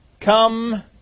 come